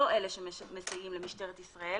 לא אלה שמסייעים למשטרת ישראל